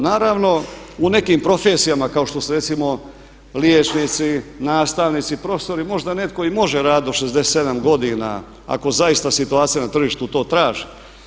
Naravno u nekim profesijama kao što ste recimo liječnici, nastavnici, profesori možda netko i može raditi do 67 godina ako zaista situacija na tržištu to traži.